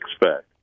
expect